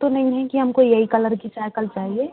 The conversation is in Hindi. तो नहीं है कि हम को यही कलर की साईकल चाहिए